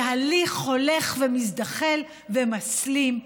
בהליך הולך ומזדחל ומסלים,